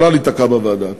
יכולה להיתקע בוועדה.